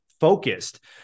focused